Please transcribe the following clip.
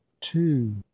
two